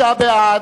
29 בעד,